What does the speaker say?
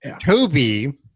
Toby